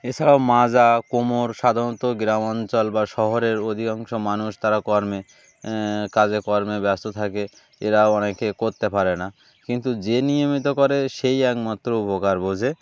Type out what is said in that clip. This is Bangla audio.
এছাড়াও মাজা কোমর সাধারণত গ্রামাঞ্চল বা শহরের অধিকাংশ মানুষ তারা কর্মে কাজে কর্মে ব্যস্ত থাকে এরাও অনেকে করতে পারে না কিন্তু যে নিয়মিত করে সেই একমাত্র উপকার বোঝে